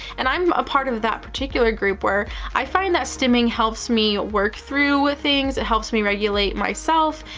and i'm a part of that particular group, where i find that stimming helps me work through things. it helps me regulate myself.